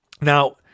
Now